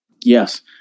Yes